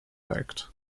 act